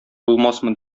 булмасмы